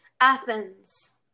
athens